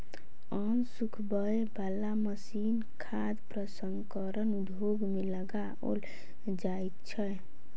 अन्न सुखबय बला मशीन खाद्य प्रसंस्करण उद्योग मे लगाओल जाइत छै